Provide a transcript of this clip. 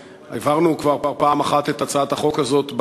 העברנו כבר פעם אחת את הצעת החוק הזאת,